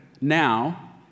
now